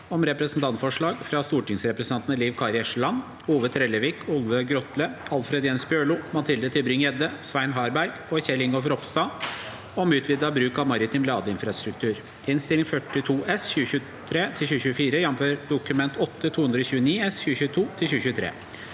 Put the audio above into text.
om Representantforslag frå stortingsrepresentan- tane Liv Kari Eskeland, Ove Trellevik, Olve Grotle, Alfred Jens Bjørlo, Mathilde Tybring-Gjedde, Svein Har- berg og Kjell Ingolf Ropstad om utvida bruk av maritim ladeinfrastruktur (Innst. 42 S (2023–2024), jf. Dokument 8:229 S (2022–2023))